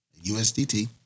USDT